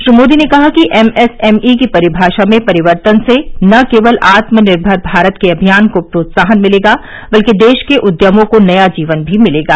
श्री मोदी ने कहा कि एमएसएमई की परिभाषा में परिवर्तन से न केवल आत्मनिर्भर भारत के अभियान को प्रोत्साहन मिलेगा बल्कि देश के उद्यमों को नया जीवन भी मिलेगा